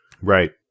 Right